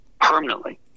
permanently